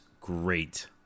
great